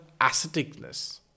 asceticness